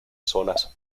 zonas